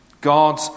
God